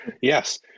Yes